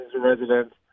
residents